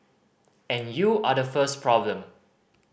and you are the first problem